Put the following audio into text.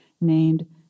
named